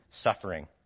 suffering